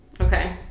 Okay